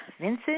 Vincent